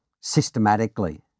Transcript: systematically